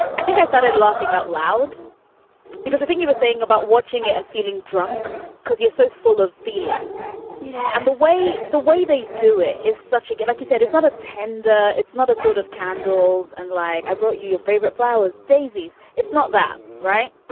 i think i started laughing out loud because i think you were saying about watching it and feeling drunk because you're so full of feelings. yeah and the way the way they do it is such a good like you said, it's not a tender. it's not a sort of candles. and like i brought you your favorite flowers. daisies. it's not that right.